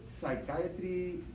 psychiatry